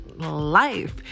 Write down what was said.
life